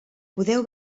podeu